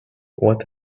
what